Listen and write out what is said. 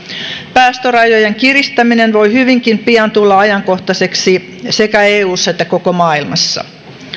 päästörajojen kiristäminen voi hyvinkin pian tulla ajankohtaiseksi sekä eussa että koko maailmassa